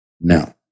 no